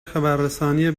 خبررسانی